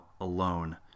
alone